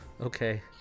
Okay